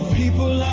people